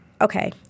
okay